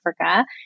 Africa